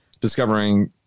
discovering